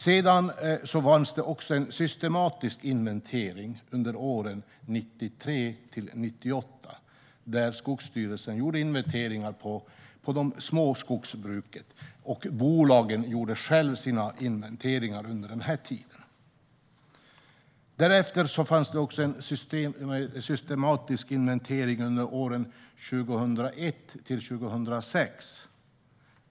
Det gjordes också en systematisk inventering under åren 1993-1998, då Skogsstyrelsen gjorde inventeringar av de små skogsbruken. Bolagen gjorde själva sina inventeringar under denna tid. Därefter gjordes en systematisk inventering under åren 2001-2006.